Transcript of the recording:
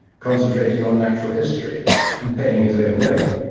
concentrating on natural history and paying his own way.